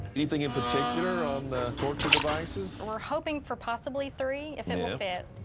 anything in particular on torture devices? we're hoping for possibly three if it will fit.